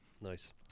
Nice